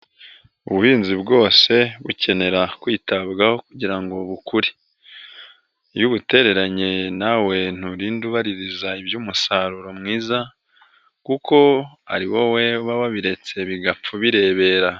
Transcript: Ubuhinzi bwose bukenera kwitabwaho kugira ngo bukure, iyobutereranye nawe nturindade ubaririza iby'umusaruro mwiza kuko ari wowe uba wabiretse bigapfa ubirebera.